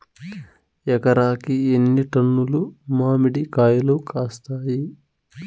ఎకరాకి ఎన్ని టన్నులు మామిడి కాయలు కాస్తాయి?